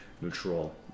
neutral